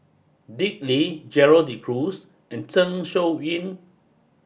Dick Lee Gerald De Cruz and Zeng Shouyin